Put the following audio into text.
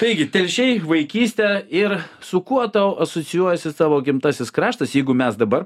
taigi telšiai vaikystė ir su kuo tau asocijuojasi savo gimtasis kraštas jeigu mes dabar